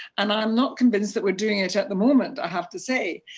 and i'm not convinced that we're doing it at the moment, i have to say.